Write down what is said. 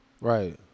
Right